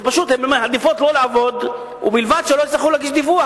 הן מעדיפות שלא לעבוד ובלבד שלא יצטרכו להגיש דיווח,